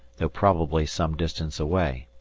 though probably some distance away,